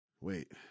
wait